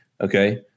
okay